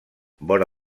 vora